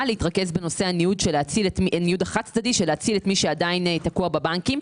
להתרכז בנושא הניוד החד צדדי של להציל את מי שעדיין תקוע בבנקים.